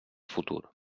futur